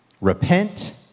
Repent